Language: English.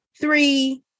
Three